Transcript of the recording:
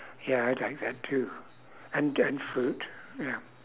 ya I'd like that too and and fruit ya